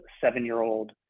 seven-year-old